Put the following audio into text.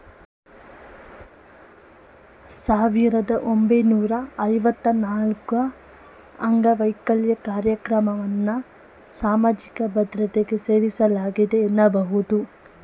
ಸಾವಿರದ ಒಂಬೈನೂರ ಐವತ್ತ ನಾಲ್ಕುಅಂಗವೈಕಲ್ಯ ಕಾರ್ಯಕ್ರಮವನ್ನ ಸಾಮಾಜಿಕ ಭದ್ರತೆಗೆ ಸೇರಿಸಲಾಗಿದೆ ಎನ್ನಬಹುದು